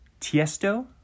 Tiesto